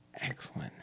excellent